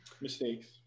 mistakes